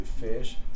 fish